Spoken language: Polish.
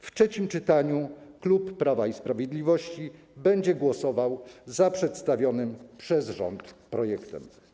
W trzecim czytaniu klub Prawa i Sprawiedliwości będzie głosował za przedstawionym przez rząd projektem ustawy.